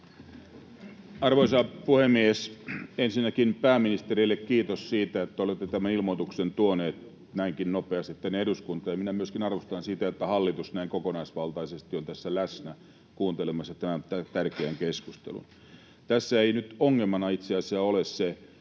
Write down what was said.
Arvoisa puhemies! Ensinnäkin pääministerille kiitos siitä, että olette tämän ilmoituksen tuoneet näinkin nopeasti tänne eduskuntaan, ja minä arvostan myöskin sitä, että hallitus näin kokonaisvaltaisesti on tässä läsnä kuuntelemassa tämän tärkeän keskustelun. Tässä ei nyt ongelmana itse asiassa ole se